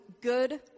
good